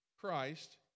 Christ